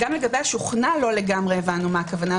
גם לגבי שוכנע לא ברור לגמרי למה הכוונה.